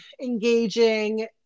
engaging